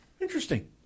Interesting